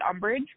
Umbridge